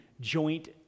joint